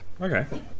Okay